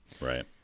right